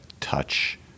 touch